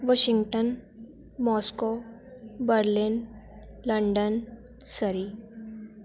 Washington Moscow Berlin London Surrey